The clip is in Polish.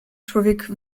człowiek